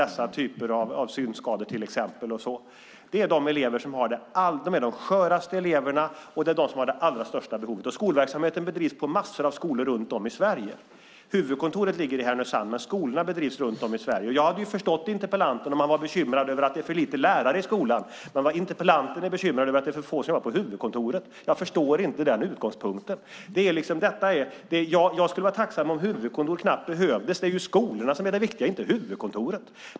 Det är de elever som är skörast och har de allra största behoven. Skolverksamheten bedrivs på massor av skolor runt om i Sverige. Huvudkontoret ligger i Härnösand, men skolorna drivs runt om i Sverige. Jag hade förstått interpellanten om han varit bekymrad över att det är för lite lärare i skolan. Men interpellanten är bekymrad över att det är för få som jobbar på huvudkontoret. Jag förstår inte den utgångspunkten. Jag skulle vara tacksam om huvudkontoret knappt behövdes. Det är skolorna som är det viktiga, inte huvudkontoret.